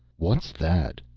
what's that?